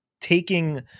taking